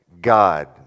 God